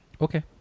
Okay